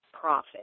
profit